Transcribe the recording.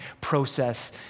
process